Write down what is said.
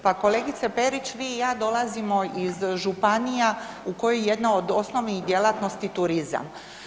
Pa kolegice Perić vi i ja dolazimo iz županija u kojoj je jedna od osnovnih djelatnosti turizam.